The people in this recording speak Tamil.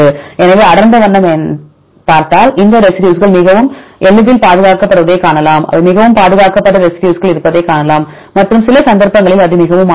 எனவே அடர்ந்த வண்ணம் பார்த்தால் இந்த ரெசிடியூஸ்கள் மிகவும் எளிதில் பாதுகாக்கப்படுவதைக் காணலாம் அவை மிகவும் பாதுகாக்கப்பட்ட ரெசிடியூஸ்கள் இருப்பதைக் காணலாம் மற்றும் சில சந்தர்ப்பங்களில் அது மிகவும் மாறுபடும்